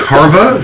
Carva